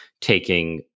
taking